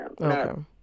Okay